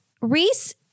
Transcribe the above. Reese